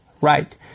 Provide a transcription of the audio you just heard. right